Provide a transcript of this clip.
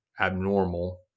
abnormal